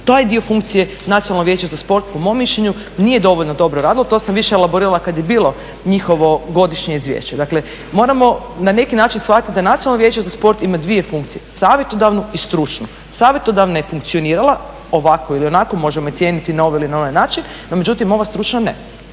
taj dio funkcije Nacionalno vijeće za sport po mom mišljenju nije dovoljno dobro radilo. To sam više elaborirala kad je bilo njihovo godišnje izvješće. Dakle moramo na neki način shvatiti da Nacionalno vijeće za sport ima dvije funkcije: savjetodavnu i stručnu. Savjetodavna je funkcionirala ovako ili onako, možemo ju cijeniti na ovaj ili na onaj način, no međutim ova stručna ne.